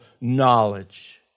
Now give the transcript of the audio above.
knowledge